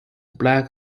black